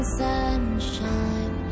sunshine